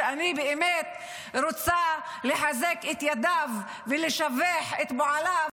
שאני באמת רוצה לחזק את ידיו ולשבח את פועלו על זה